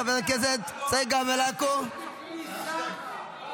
חברת הכנסת צגה מלקו, מוותרת,